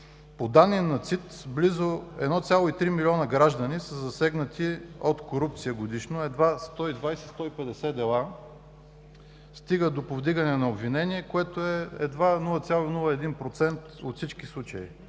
По данни на ЦИД близо 1,3 милиона граждани са засегнати от корупцията годишно. Едва 120-150 дела стигат до повдигане на обвинение, което е едва 0,01% от всички случаи.